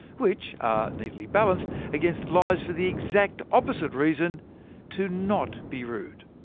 which are neatly balanced against lies for the exact opposite reason to not be rude.